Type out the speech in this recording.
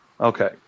Okay